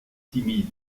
timide